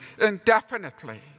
indefinitely